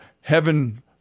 heaven